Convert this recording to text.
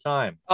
Time